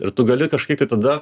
ir tu gali kažkaip tai tada